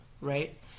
right